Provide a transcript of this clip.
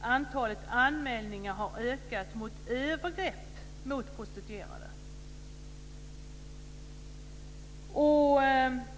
antalet anmälningar om övergrepp mot prostituerade har ökat.